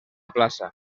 plaça